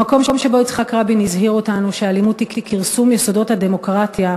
במקום שבו יצחק רבין הזהיר אותנו שאלימות היא כרסום יסודות הדמוקרטיה,